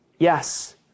Yes